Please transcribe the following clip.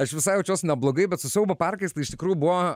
aš visai jaučiuos neblogai bet su siaubo parkais tai iš tikrųjų buvo